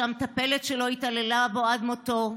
שהמטפלת שלו התעללה בו עד מותו,